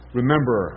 remember